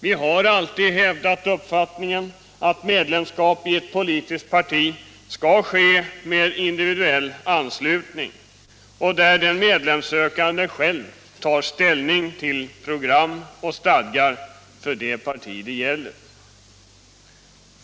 Vi har alltid hävdat uppfattningen att medlemskap i ett politiskt parti skall ske med individuell anslutning och att den medlemssökande själv skall ta ställning till program och stadgar för det parti det gäller.